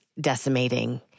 decimating